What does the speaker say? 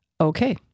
Okay